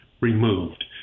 removed